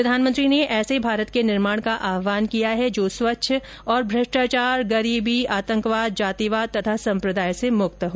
प्रधानमंत्री ने ऐसे भारत के निर्माण का आहवान किया है जो स्वच्छ और भ्रष्टाचार गरीबी आतंकवाद जातिवाद और संप्रदायवाद से मुक्त हो